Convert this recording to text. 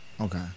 Okay